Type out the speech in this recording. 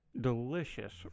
delicious